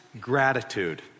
gratitude